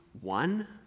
one